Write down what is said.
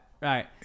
Right